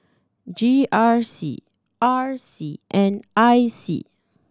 G R C R C and I C